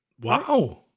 wow